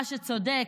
מה שצודק,